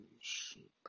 sheep